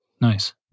nice